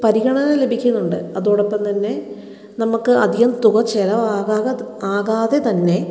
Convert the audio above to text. പരിഗണന ലഭിക്കുന്നുണ്ട് അതോടൊപ്പം തന്നെ നമുക്ക് അധികം തുക ചിലവാകാതെ ആകാതെ തന്നെ